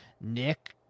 Nick